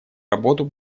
работу